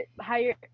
higher